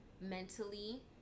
mentally